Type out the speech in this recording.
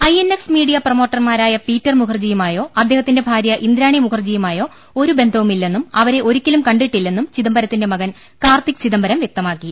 I N X media പ്രമോട്ടർമാരായ Peter Mukherjee യുമായോ അദ്ദേഹത്തിന്റെ ഭാര്യ ഇന്ദ്രാണി മുഖർജിയുമായോ ഒരു ബന്ധവുമില്ലെന്നും അവരെ ഒരിക്കലും കണ്ടിട്ടില്ലെന്നും ചിദംബ രത്തിന്റെ മകൻ കാർത്തി ചിദംബരം വ്യക്തമാക്കി